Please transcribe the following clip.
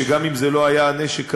שגם אם זה לא היה הנשק הזה,